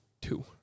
two